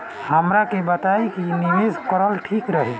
हमरा के बताई की निवेश करल ठीक रही?